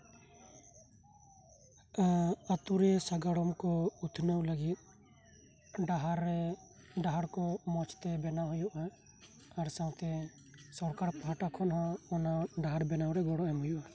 ᱟᱛᱳ ᱨᱮ ᱥᱟᱜᱟᱲᱚᱢ ᱠᱚ ᱩᱛᱱᱟᱹᱣ ᱞᱟᱹᱜᱤᱫ ᱰᱟᱦᱟᱨ ᱨᱮ ᱰᱟᱦᱟᱨ ᱠᱚ ᱢᱚᱸᱡᱽ ᱛᱮ ᱵᱮᱱᱟᱣ ᱦᱳᱭᱳᱜᱼᱟ ᱟᱨ ᱥᱟᱶᱛᱮ ᱥᱚᱨᱠᱟᱨ ᱯᱟᱦᱴᱟ ᱠᱷᱚᱱ ᱦᱚᱸ ᱚᱱᱟ ᱰᱟᱦᱟᱨ ᱵᱮᱱᱟᱣ ᱨᱮ ᱜᱚᱲᱚ ᱮᱢ ᱦᱳᱭᱳᱜᱼᱟ